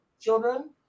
children